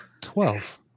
Twelve